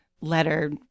letter